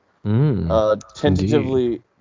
Tentatively